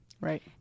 Right